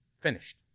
Finished